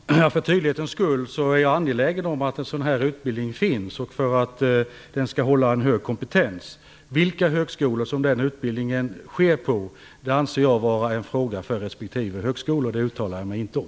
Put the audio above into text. Fru talman! För tydlighetens skull vill jag säga att jag är angelägen om att en sådan här utbildning finns och att den skall hålla en hög kompetens. Vilka högskolor som den utbildningen skall finnas på anser jag vara en fråga för respektive högskola. Det uttalar jag mig inte om.